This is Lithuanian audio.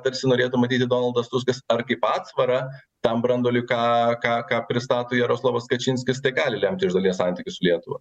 tarsi norėtų matyti donaldas tuskas ar kaip atsvarą tam branduoliui ką ką ką pristato jaroslavas kačinskis tai gali lemti iš dalies santykius su lietuva